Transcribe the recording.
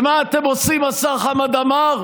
ומה אתם עושים, השר חמד עמאר?